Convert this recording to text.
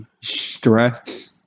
stress